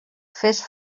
fes